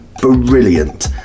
brilliant